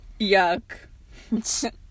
Yuck